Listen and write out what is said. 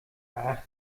ach